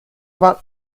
about